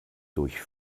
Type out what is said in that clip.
durch